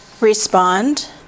respond